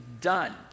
done